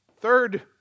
third